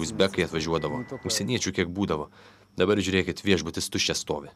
uzbekai atvažiuodavo užsieniečių kiek būdavo dabar žiūrėkit viešbutis tuščias stovi